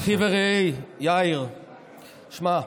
אחי ורעי יאיר, תשמע,